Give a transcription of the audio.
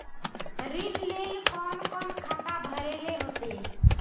ऋण लेल कोन कोन खाता भरेले होते?